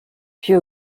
puis